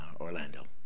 Orlando